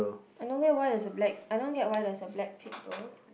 I don't get why there's a black I don't get where there's a black pig though